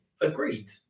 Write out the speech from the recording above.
Agreed